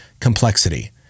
complexity